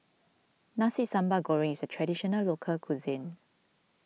Nasi Sambal Goreng is a Traditional Local Cuisine